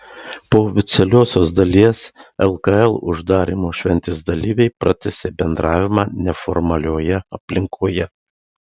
po oficialiosios dalies lkl uždarymo šventės dalyviai pratęsė bendravimą neformalioje aplinkoje